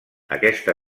aquesta